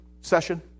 session